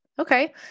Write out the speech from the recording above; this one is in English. Okay